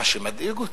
מה שמדאיג אותי,